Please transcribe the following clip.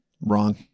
Wrong